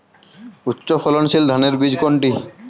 উচ্চ ফলনশীল ধানের বীজ কোনটি?